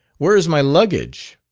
where is my luggage?